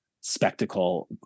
spectacle